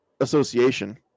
Association